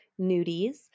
nudies